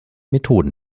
methoden